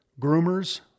groomers